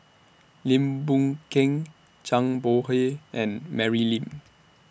Lim Boon Keng Zhang Bohe and Mary Lim